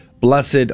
Blessed